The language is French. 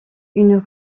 une